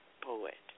poet